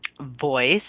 voice